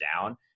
down